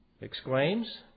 exclaims